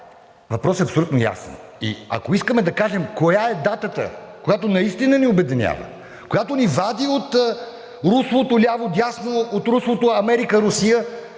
Въпросът е абсолютно ясен. И ако искаме да кажем коя е датата, която наистина ни обединява, която ни вади от руслото ляво, дясно, от руслото Америка – Русия